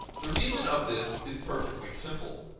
the reason of this is perfectly simple